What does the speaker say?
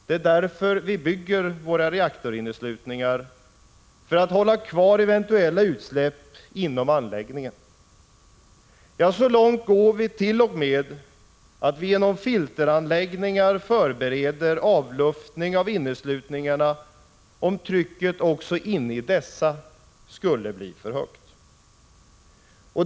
Det är därför vi bygger våra reaktorinneslutningar, för att hålla kvar eventuella utsläpp inom anläggningen. Ja, så långt går vit.o.m. att vi genom filteranläggningar förbereder avluftning av inneslutningarna om trycket också inne i dessa skulle bli för högt.